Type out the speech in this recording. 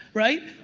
right?